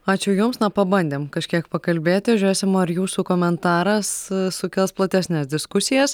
ačiū jums na pabandėm kažkiek pakalbėti žiūrėsim ar jūsų komentaras sukels platesnes diskusijas